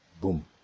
boom